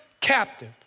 captive